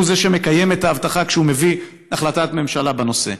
הוא זה שמקיים את ההבטחה כשהוא מביא החלטת ממשלה בנושא.